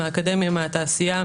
מהאקדמיה מהתעשייה,